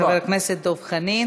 תודה רבה לחבר הכנסת דב חנין.